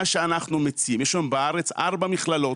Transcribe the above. מה שאנחנו מציעים, יש היום בארץ 4 מכללות